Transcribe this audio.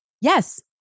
Yes